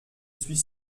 suis